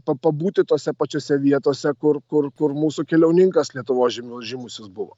pa pabūti tose pačiose vietose kur kur kur mūsų keliauninkas lietuvos žymu žymusis buvo